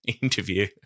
interview